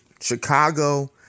Chicago